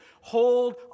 hold